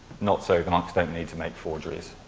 not so. the monks don't need to make forgeries.